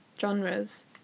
genres